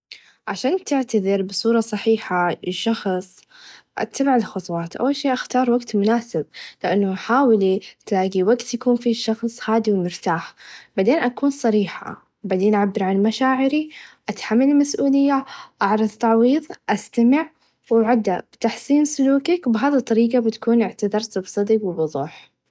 عشان تعتذر بصوره صحيحه ل شخص إتبع الخطوات أول شئ أختار وقت مناسب لأن حاولي تلاقي وقت يكون فيه الشخص هادي و مرتاح بعدين أكون صريحه بعدين أعبر عن مشاعري أتحمل السئوليه أعرض التعويظ أستمع و بعده تخسين سلوكك و بهاذي الطريقه يتكون إعتذرت بصدق و بوظوح.